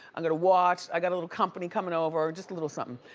i'm gonna watch, i got a little company coming over, just a little something.